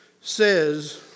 says